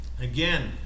Again